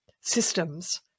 systems